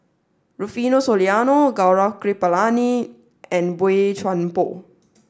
Rufino Soliano Gaurav Kripalani and Boey Chuan Poh